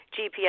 GPS